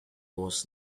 was